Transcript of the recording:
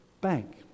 bank